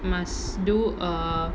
must do a